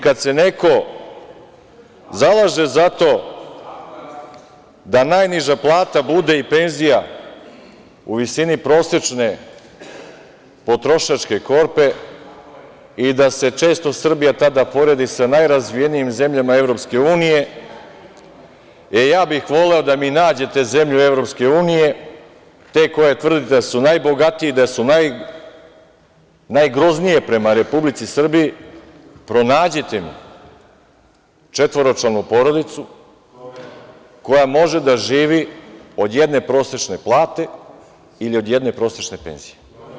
Kad se neko zalaže za to da najniža plata i penzija budu u visini prosečne potrošačke korpe i da se često Srbija poredi tada sa najrazvijenijim zemljama EU, ja bih voleo da mi nađete zemlju EU, te koje tvrdite, da su najbogatije i da su najgroznije prema Republici Srbiji, pronađite mi četvoročlanu porodicu koja može da živi od jedne prosečne plate ili od jedne prosečne penzije.